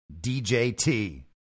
DJT